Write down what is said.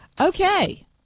Okay